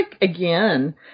again